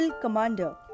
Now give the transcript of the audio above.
commander